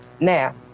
Now